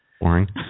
Boring